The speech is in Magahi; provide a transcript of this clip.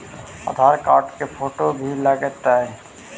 आधार कार्ड के फोटो भी लग तै?